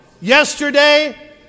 Yesterday